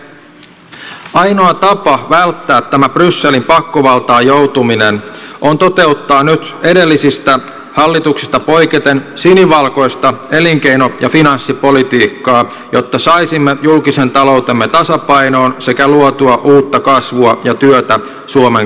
ainoa tapa välttää tämä brysselin pakkovaltaan joutuminen on toteuttaa nyt edellisistä hallituksista poiketen sinivalkoista elinkeino ja finanssipolitiikkaa jotta saisimme julkisen taloutemme tasapainoon sekä luotua uutta kasvua ja työtä suomen kansalle